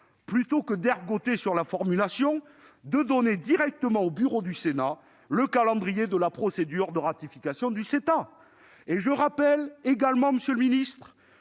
plutôt que d'ergoter sur sa formulation, de donner directement au bureau du Sénat le calendrier de la procédure de ratification du CETA ! Je rappelle également, puisque cela semble